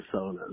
personas